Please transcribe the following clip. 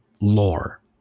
lore